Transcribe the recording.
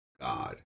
God